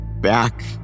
back